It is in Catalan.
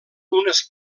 unes